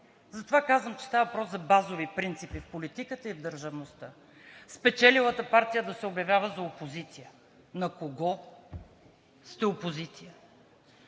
Затова казвам, че става въпрос за базови принципи в политиката и в държавността – спечелилата партия да се обявява за опозиция. На кого сте опозиция?